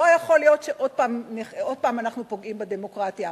לא יכול להיות שעוד פעם אנחנו פוגעים בדמוקרטיה.